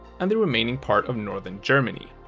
and the remaining part of northern germany.